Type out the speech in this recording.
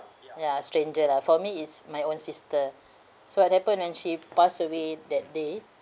ya stranger lah for me it's my own sister so what happened when she passed away that day